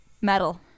Metal